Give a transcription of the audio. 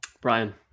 Brian